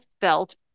felt